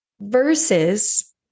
versus